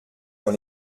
dans